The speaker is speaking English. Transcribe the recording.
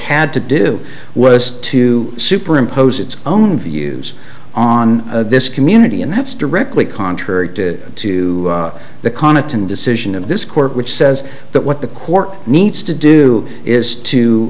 had to do was to superimpose its own views on this community and that's directly contrary to the connotation decision of this court which says that what the court needs to do is to